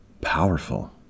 powerful